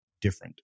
different